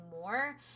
more